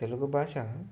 తెలుగు భాష